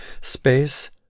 Space